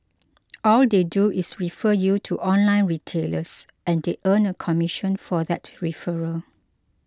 all they do is refer you to online retailers and they earn a commission for that referral